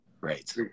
Right